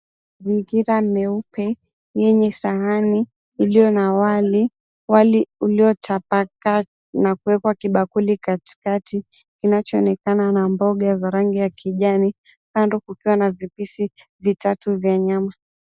Mpira mweupe yenye sahani ilio na wali iliotapakaa na kuwekwa kibakuli katikati kinacho onekana na mboga za rangi ya kijani kando kukiwa na vipishi vitatu vya nyama.